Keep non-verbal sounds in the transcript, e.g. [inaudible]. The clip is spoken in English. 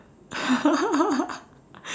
[laughs]